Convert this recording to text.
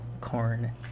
corn